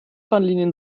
bahnlinien